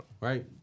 right